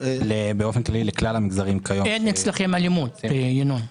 אין אצלכם אלימות, ינון.